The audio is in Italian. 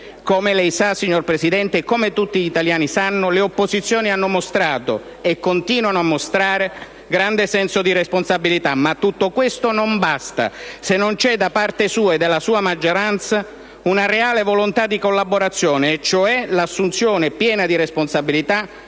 Come lei sa, signor Presidente del Consiglio, e come sanno tutti gli italiani le opposizioni hanno mostrato e continuano a mostrare grande senso di responsabilità, ma tutto questo non basta se non c'è da parte sua e della sua maggioranza una reale volontà di collaborazione e cioè l'assunzione piena di responsabilità